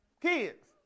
kids